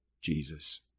Jesus